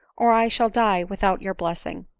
or i shall die without your blessing.